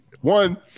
one